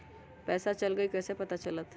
पैसा चल गयी कैसे पता चलत?